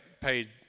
paid